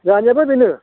जोंहानियाबो बेनो